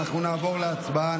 אנחנו נעבור להצבעה,